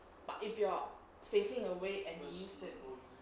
but if you're facing away and missed it